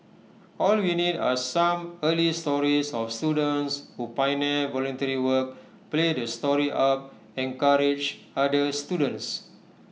all we need are some early stories of students who pioneer voluntary work play the story up encourage other students